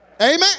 Amen